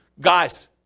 guys